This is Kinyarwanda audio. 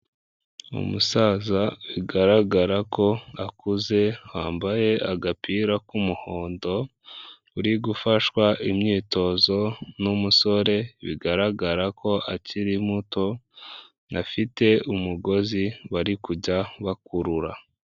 Ni umusaza bigaragara ko akuze, wambaye agapira k'umuhondo, uri gufashwa imyitozo n'umusore, bigaragara ko akiri muto, afite umugozi bari kujya bakurura.